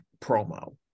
promo